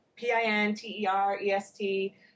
P-I-N-T-E-R-E-S-T